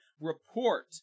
Report